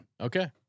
Okay